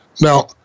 Now